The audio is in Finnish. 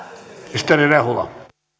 arvoisa herra